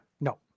No